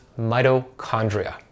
mitochondria